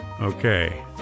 Okay